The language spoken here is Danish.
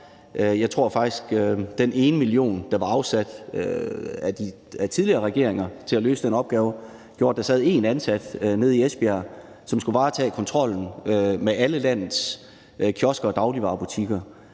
Jeg tror faktisk, at den ene million kroner, der var afsat af tidligere regeringer til at løse de opgaver, gjorde, at der sad én ansat nede i Esbjerg, som skulle varetage kontrollen med alle landets kiosker og dagligvarebutikker.